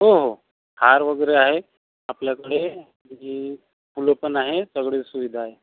हो हो हार वगैरे आहे आपल्याकडे आणि फुलं पण आहे सगळी सुविधा आहे